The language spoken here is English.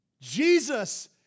Jesus